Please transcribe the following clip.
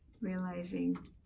realizing